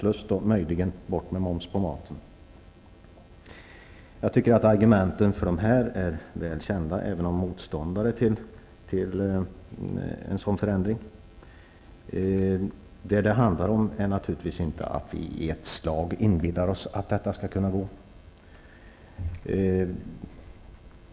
Till dem hör möjligen kravet på borttagande av momsen på maten. Argumenten för sex timmars arbetsdag är väl kända också för motståndarna till en sådan förändring. Vi inbillar oss naturligtvis inte att det skall kunna genomföras i ett slag.